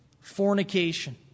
Fornication